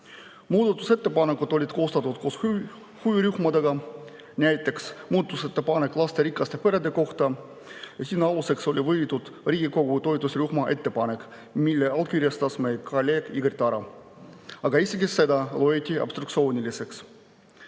Muudatusettepanekud olid koostatud koos huvirühmadega. Näiteks muudatusettepanek lasterikaste perede kohta – selle aluseks oli võetud Riigikogu toetusrühma ettepanek, mille allkirjastas meie kolleeg Igor Taro. Aga isegi seda loeti obstruktsiooniliseks. Automaks